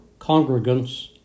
congregants